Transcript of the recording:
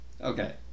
Okay